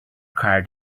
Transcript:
card